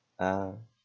ah